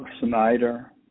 Snyder